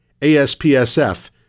ASPSF